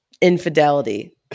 infidelity